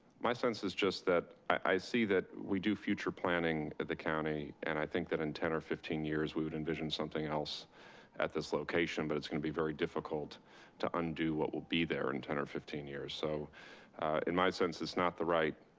my sense is just that i see that we do future planning at the county and i think that in ten or fifteen years, we would envision something else at this location, but it's gonna be very difficult to undo what would be there in ten or fifteen years. so in my sense, it's not the right,